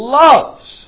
loves